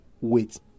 wait